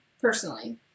personally